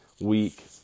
week